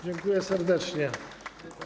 Dziękuję serdecznie.